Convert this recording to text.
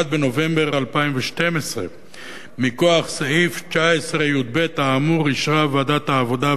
1 בנובמבר 2012. מכוח סעיף 19יב האמור אישרה ועדת העבודה,